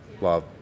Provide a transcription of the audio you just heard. love